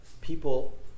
people